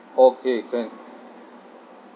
okay can